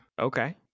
Okay